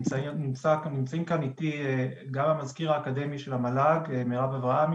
נמצאים כאן איתי גם המזכיר האקדמי של המל"ג מרב אברהמי